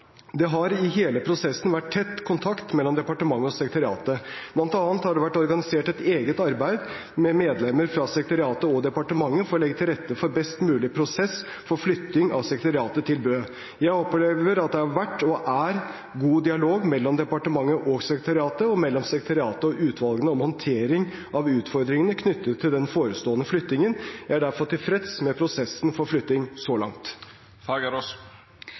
Det har i hele prosessen vært tett kontakt mellom departementet og sekretariatet. Blant annet har det vært organisert et eget arbeid med medlemmer fra sekretariatet og departementet for å legge til rette for best mulig prosess for flytting av sekretariatet til Bø. Jeg opplever at det har vært og er god dialog mellom både departementet og sekretariatet og mellom sekretariatet og utvalgene om håndtering av utfordringene knyttet til den forestående flyttingen. Jeg er derfor tilfreds med prosessen for flytting så langt.